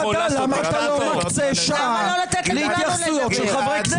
למה אתה לא מקצה שעה להתייחסויות של חברי כנסת?